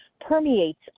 permeates